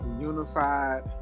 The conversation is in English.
unified